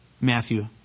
Matthew